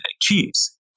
cheese